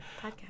Podcast